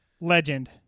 Legend